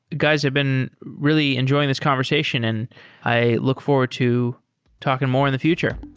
guys, i've been really enjoying this conversation and i look forward to talking more in the future